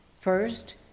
First